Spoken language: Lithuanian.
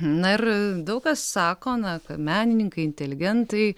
na ir daug kas sako na ka menininkai inteligentai